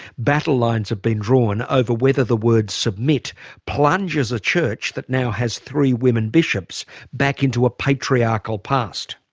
battle lines have been drawn over whether the word submit plunges a church that now has three women bishops, back into a patriarchal past.